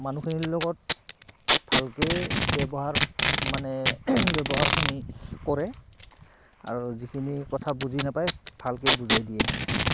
মানুহখিনিৰ লগত ভালকে ব্যৱহাৰ মানে ব্যৱহাৰখিনি কৰে আৰু যিখিনি কথা বুজি নাপায় ভালকে বুজাই দিয়ে